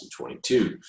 2022